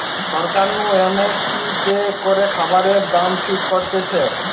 সরকার নু M S P তে করে খাবারের দাম ঠিক করতিছে